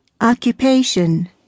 occupation